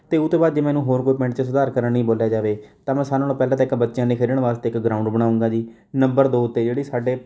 ਅਤੇ ਉਹਤੋਂ ਬਾਅਦ ਜੇ ਮੈਨੂੰ ਹੋਰ ਕੋਈ ਪਿੰਡ 'ਚ ਸੁਧਾਰ ਕਰਨ ਲਈ ਬੋਲਿਆ ਜਾਵੇ ਤਾਂ ਮੈਂ ਸਾਰੇ ਨਾਲੋਂ ਪਹਿਲਾਂ ਤਾਂ ਇੱਕ ਬੱਚਿਆਂ ਦੇ ਖੇਡਣ ਵਾਸਤੇ ਇੱਕ ਗਰਾਊਂਡ ਬਣਾਊਂਗਾ ਜੀ ਨੰਬਰ ਦੋ 'ਤੇ ਜਿਹੜੀ ਸਾਡੇ